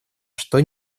что